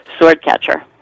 Swordcatcher